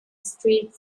street